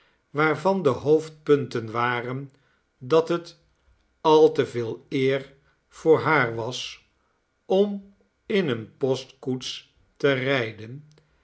waarvan de hoofdpunten waren dat het al te veel eer voor haar was om in eene postkoets te rijden